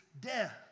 death